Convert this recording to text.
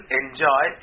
enjoy